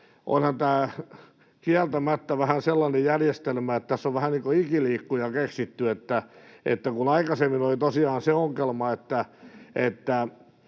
onhan tämä kieltämättä vähän sellainen järjestelmä, että tässä on vähän niin kuin ikiliikkuja keksitty. Kun aikaisemmin oli tosiaan se ongelma, että